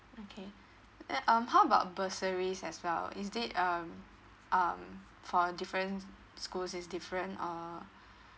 okay uh um how about bursaries as well or is it um um for different school's different uh